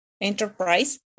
enterprise